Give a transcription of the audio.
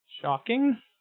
Shocking